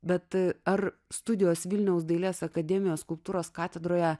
bet ar studijos vilniaus dailės akademijos skulptūros katedroje